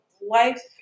life